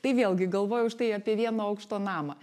tai vėlgi galvoju štai apie vieno aukšto namą